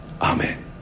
Amen